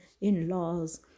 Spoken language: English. in-laws